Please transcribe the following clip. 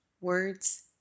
words